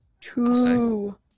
two